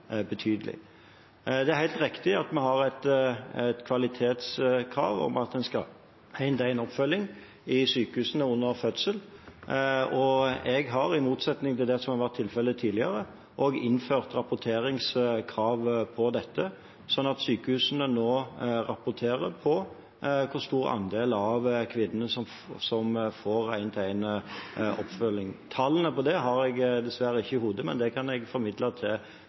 har et kvalitetskrav om at en skal ha én-til-én-oppfølging i sykehusene under fødsel. Jeg har, i motsetning til det som har vært tilfellet tidligere, også innført rapporteringskrav, sånn at sykehusene nå rapporterer hvor stor andel av kvinnene som får én-til-én-oppfølging. Tallene på det har jeg dessverre ikke i hodet, men dem kan jeg formidle til